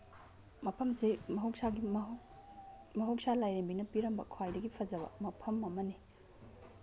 ꯃꯐꯝꯁꯤ ꯃꯍꯧꯁꯥꯒꯤ ꯃꯍꯧꯁꯥ ꯂꯥꯏꯔꯦꯝꯕꯤꯅ ꯄꯤꯔꯝꯕ ꯈ꯭ꯋꯥꯏꯗꯒꯤ ꯐꯖꯕ ꯃꯐꯝ ꯑꯅꯤ